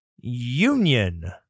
union